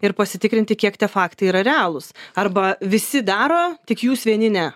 ir pasitikrinti kiek tie faktai yra realūs arba visi daro tik jūs vieni ne